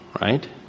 right